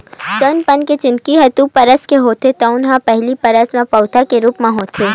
जउन बन के जिनगी ह दू बछर के होथे तउन ह पहिली बछर म पउधा के रूप म होथे